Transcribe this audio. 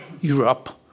Europe